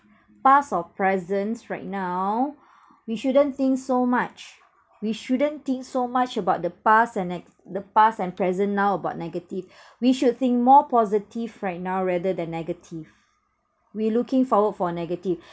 past or presents right now we shouldn't think so much we shouldn't think so much about the past and neg~ the past and present now about negative we should think more positive right now rather than negative we looking forward for a negative